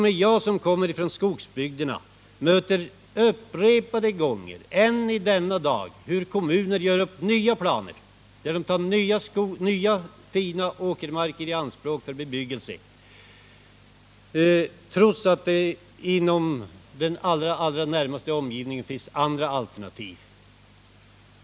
T. o. m. jag som bor i skogsbygderna stöter än i dag ofta på kommuner som gör upp nya planer där de tar fin åkermark i anspråk för bebyggelse, trots att det finns annan mark i den allra närmaste omgivningen.